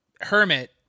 hermit